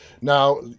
now